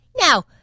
Now